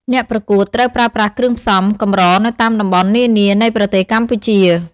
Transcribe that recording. អ្នកប្រកួតត្រូវប្រើប្រាស់ គ្រឿងផ្សំ កម្រនៅតាមតំបន់នានានៃប្រទេសកម្ពុជា។